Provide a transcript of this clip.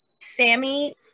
Sammy